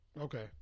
Okay